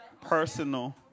personal